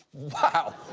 wow!